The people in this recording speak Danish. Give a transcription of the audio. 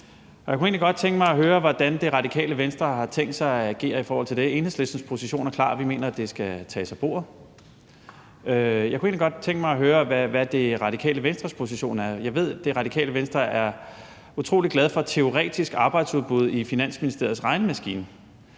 jeg kunne egentlig godt tænke mig at høre, hvordan Det Radikale Venstre har tænkt sig at agere i forhold til det. Enhedslistens position er klar: Vi mener, at det skal tages af bordet. Jeg kunne godt tænke mig at høre, hvad Det Radikale Venstres position er. Jeg ved, at Det Radikale Venstre er utrolig glad for teoretisk arbejdsudbud i Finansministeriets regnemaskine.